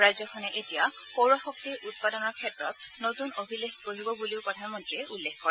ৰাজ্যখনে এতিয়া সৌৰ শক্তি উৎপাদনৰ ক্ষেত্ৰত নতুন অভিলেখ গঢ়িব বুলি প্ৰধানমন্ত্ৰীয়ে উল্লেখ কৰে